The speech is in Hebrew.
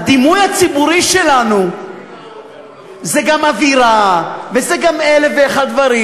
הדימוי הציבורי שלנו הוא גם אווירה וזה גם אלף ואחד דברים,